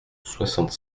soixante